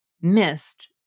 missed